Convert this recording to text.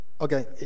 Okay